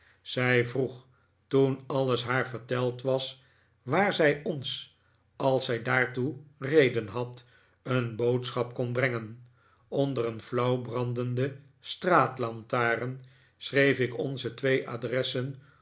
zij vroeg toen alles haar verteld was waar zij ons als zij daartoe p den had een boodschap kon brengen onder een flauw brandende straatlantaren schreef ik onze twee adressen